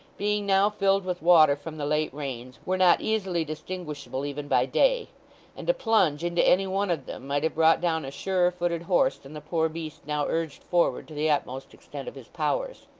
being now filled with water from the late rains, were not easily distinguishable even by day and a plunge into any one of them might have brought down a surer-footed horse than the poor beast now urged forward to the utmost extent of his powers.